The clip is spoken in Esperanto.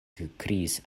ekkriis